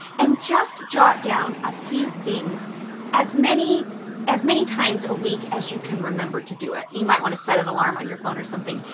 and just jot down a few things as many as many times a week as you can remember to do it. you might want to set an alarm on your phone or something.